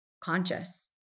conscious